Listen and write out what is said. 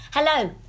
Hello